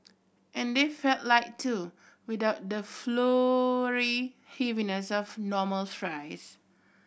and they felt light too without the floury heaviness of normal fries